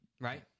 right